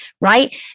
right